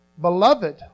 Beloved